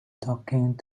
talking